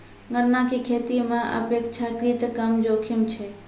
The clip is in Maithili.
गन्ना के खेती मॅ अपेक्षाकृत कम जोखिम छै